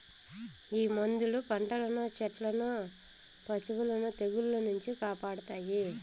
ఈ మందులు పంటలను సెట్లను పశులను తెగుళ్ల నుంచి కాపాడతాయి